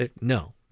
No